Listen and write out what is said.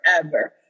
forever